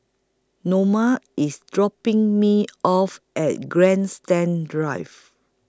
Norma IS dropping Me off At Grandstand Drive